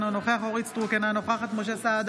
אינו נוכח אורית מלכה סטרוק,